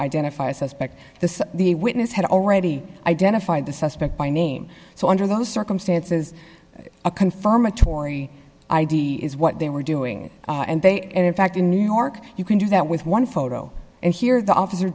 identify a suspect the the witness had already identified the suspect by name so under those circumstances a confirmatory id is what they were doing and they and in fact in new york you can do that with one photo and here the officer